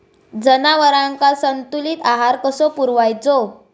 जनावरांका संतुलित आहार कसो पुरवायचो?